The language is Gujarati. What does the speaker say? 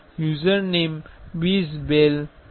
યુઝરનેઇમ બીઝલેબ છે